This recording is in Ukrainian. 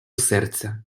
серця